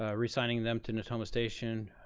ah resigning them to natoma station,